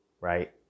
right